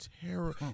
terrible